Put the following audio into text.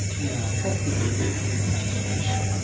yeah, that's the urgency for transformation.